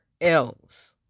else